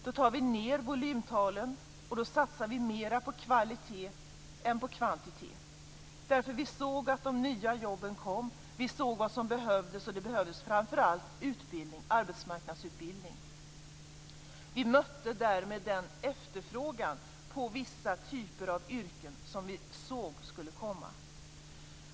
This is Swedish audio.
Då tog vi ned volymtalen, och då satsade vi mer på kvalitet än på kvantitet, därför att vi såg att de nya jobben kom, vi såg vad som behövdes, och det behövdes framför allt arbetsmarknadsutbildning. Vi mötte därmed den efterfrågan på vissa typer av yrken som vi såg skulle komma.